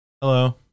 Hello